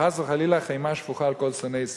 וחס וחלילה חימה שפוכה על כל שונאי ישראל.